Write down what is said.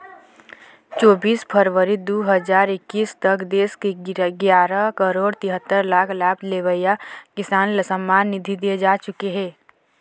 चोबीस फरवरी दू हजार एक्कीस तक देश के गियारा करोड़ तिहत्तर लाख लाभ लेवइया किसान ल सम्मान निधि दिए जा चुके हे